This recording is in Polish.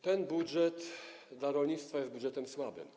Ten budżet dla rolnictwa jest budżetem słabym.